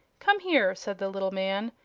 come here, said the little man,